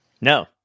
No